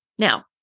Now